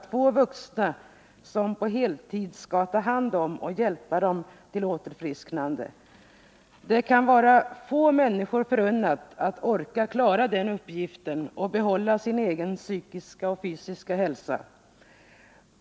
Två vuxna skall alltså på heltid ta hand om och hjälpa dessa barn till ett tillfrisknande. Det är få människor förunnat att orka med en sådan uppgift och att samtidigt kunna behålla sin egen psykiska och fysiska hälsa.